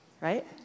right